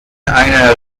einer